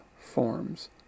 forms